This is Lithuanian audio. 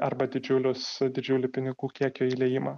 arba didžiulius didžiulį pinigų kiekio įliejimą